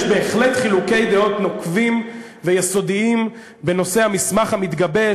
יש בהחלט חילוקי דעות נוקבים ויסודיים בנושא המסמך המתגבש,